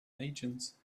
agents